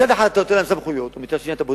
מצד אחד אתה נותן להם סמכויות,